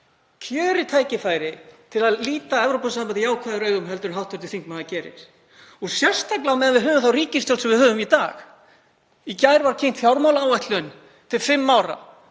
kjörið tækifæri til að líta Evrópusambandið jákvæðari augum en hv. þingmaður gerir, sérstaklega á meðan við höfum þá ríkisstjórn sem við höfum í dag. Í gær var kynnt fjármálaáætlun til fimm ára.